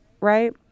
right